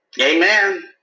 Amen